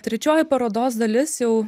trečioji parodos dalis jau